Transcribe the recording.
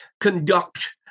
conduct